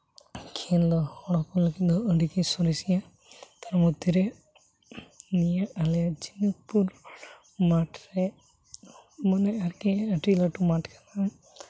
ᱠᱷᱮᱞ ᱫᱚ ᱦᱚᱲ ᱦᱚᱯᱚᱱ ᱞᱟᱹᱜᱤᱫ ᱫᱚ ᱟᱹᱰᱤ ᱜᱮ ᱥᱚᱨᱮᱥ ᱜᱮᱭᱟ ᱛᱟᱨ ᱢᱚᱫᱽᱫᱷᱮ ᱨᱮ ᱱᱤᱭᱟᱹ ᱟᱞᱮ ᱡᱷᱤᱱᱩᱠᱯᱩᱨ ᱢᱟᱴᱷ ᱨᱮ ᱢᱟᱱᱮ ᱟᱨᱠᱤ ᱟᱹᱰᱤ ᱞᱟᱹᱴᱩ ᱢᱟᱴᱷ ᱠᱟᱱᱟ